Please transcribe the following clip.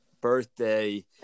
birthday